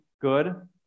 good